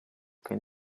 can